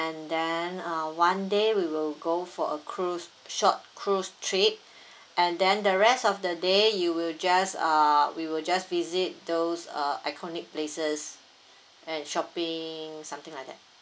and then uh one day we will go for a cruise short cruise trip and then the rest of the day you will just uh we will just visit those uh iconic places and shopping something like that